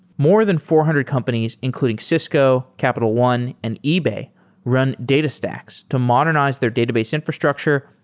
more than four hundred companies including cisco, capital one, and ebay run datastax to modernize their database infrastructure,